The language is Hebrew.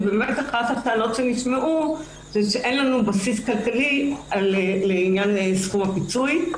אחת הטענות שנשמעו היא שאין לנו בסיס כלכלי לעניין סכום הפיצוי.